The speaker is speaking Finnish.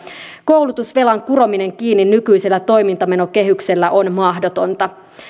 koulutusvelan kurominen kiinni nykyisellä toimintamenokehyksellä on mahdotonta